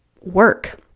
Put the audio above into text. work